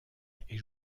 est